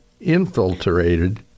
infiltrated